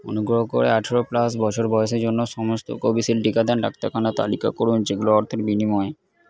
অনুগ্রহ করে আঠেরো প্লাস বছর বয়সের জন্য সমস্ত কোভিশিল্ড টিকাদান ডাক্তারখানা তালিকা করুন যেগুলো অর্থের বিনিময়ে